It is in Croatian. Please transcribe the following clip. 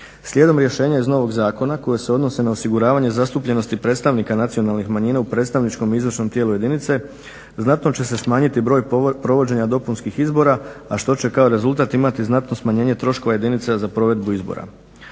Slijedom rješenja iz novog zakona koja se odnose na osiguravanje zastupljenosti predstavnika nacionalnih manjina u predstavničkom i izvršnom tijelu jedinice znatno će se smanjiti broj provođenja dopunskih izbora a što će kao rezultat imati znatno smanjenje troškova jedinica za provedbu izbora.